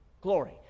glory